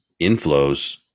inflows